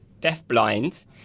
deafblind